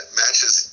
matches